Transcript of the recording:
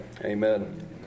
amen